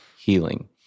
healing